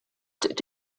did